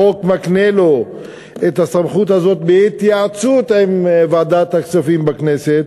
החוק מקנה לו את הסמכות הזאת בהתייעצות עם ועדת הכספים בכנסת,